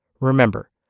remember